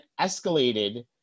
escalated